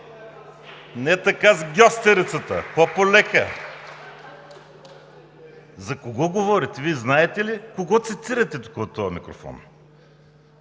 Не така с гьостерицата, по полека! За кого говорите? Вие знаете ли кого цитирате тук от този микрофон?